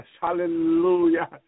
Hallelujah